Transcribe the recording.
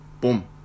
boom